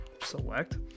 select